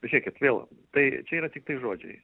žiūrėkit vėl tai čia yra tiktai žodžiai